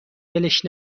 ولش